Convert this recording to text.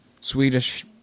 Swedish